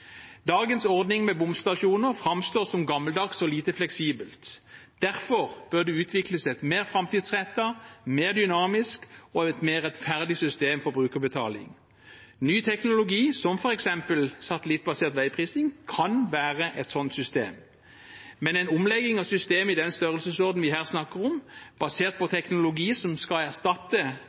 Dagens ordning med bomstasjoner framstår som gammeldags og lite fleksibel. Derfor bør det utvikles et mer framtidsrettet, mer dynamisk og mer rettferdig system for brukerbetaling. Ny teknologi som f.eks. satellittbasert veiprising kan være et sånt system, men en omlegging av systemet i den størrelsesordenen vi her snakker om, basert på teknologi som skal erstatte